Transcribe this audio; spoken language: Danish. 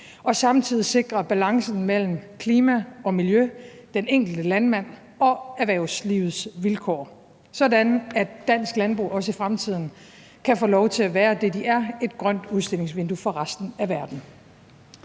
og samtidig sikrer balancen mellem klimaet og miljøet, den enkelte landmand og erhvervslivets vilkår, sådan at dansk landbrug også i fremtiden kan få lov til at være det, som de er, nemlig et grønt udstillingsvindue for resten af verden.